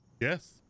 Yes